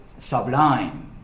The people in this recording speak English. sublime